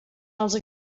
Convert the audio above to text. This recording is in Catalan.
els